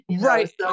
Right